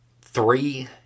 three